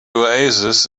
oasis